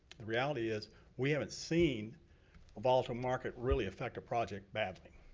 the reality is we haven't seen a volatile market really affect a project badly.